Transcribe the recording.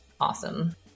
awesome